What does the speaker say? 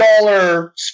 dollar